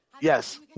Yes